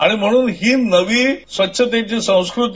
आणि म्हणून हि नवी स्वच्छतेची संस्कृती